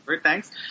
Thanks